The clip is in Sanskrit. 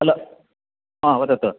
हलो हा वदतु